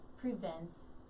prevents